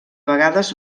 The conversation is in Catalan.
vegades